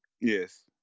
Yes